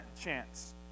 chance